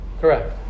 Correct